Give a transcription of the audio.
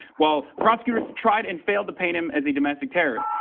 while prosecutors tried and failed to paint him as a domestic terrorist.